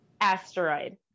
asteroid